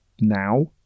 now